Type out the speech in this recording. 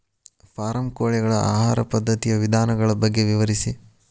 form ಕೋಳಿಗಳ ಆಹಾರ ಪದ್ಧತಿಯ ವಿಧಾನಗಳ ಬಗ್ಗೆ ವಿವರಿಸಿ